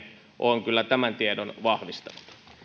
on tämän tiedon vahvistanut